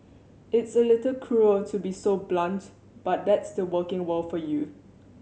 it's a little cruel to be so blunt but that's the working world for you